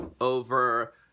over